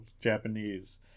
Japanese